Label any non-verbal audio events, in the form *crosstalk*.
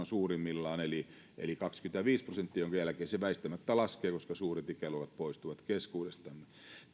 *unintelligible* suurimmillaan eli eli kaksikymmentäviisi prosenttia vuonna kaksituhattakolmekymmentä jonka jälkeen se väistämättä laskee koska suuret ikäluokat poistuvat keskuudestamme